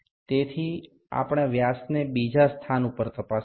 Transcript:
તેથી આપણે વ્યાસને બીજા સ્થાન ઉપર તપાસીશું